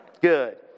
Good